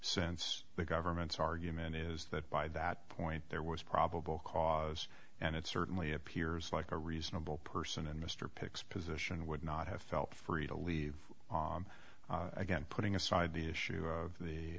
since the government's argument is that by that point there was probable cause and it certainly appears like a reasonable person and mr pic's position would not have felt free to leave again putting aside the issue of the